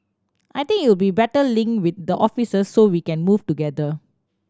I think it'll better link with the officers so we can move together